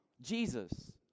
Jesus